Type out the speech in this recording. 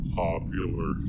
popular